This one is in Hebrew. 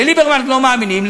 לליברמן לא מאמינים,